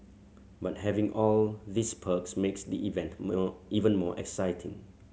but having all these perks makes the event even more exciting